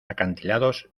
acantilados